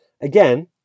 again